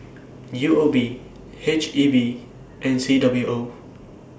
U O B H E B and C W O